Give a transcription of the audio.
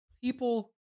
people